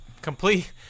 complete